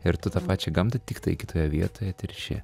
ir tu tą pačią gamtą tiktai kitoje vietoje terši